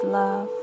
love